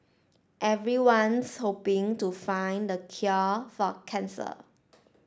everyone's hoping to find the cure for cancer